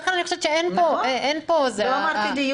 לכן אני חושבת שאין פה בעיה.